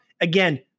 Again